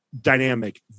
dynamic